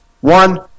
One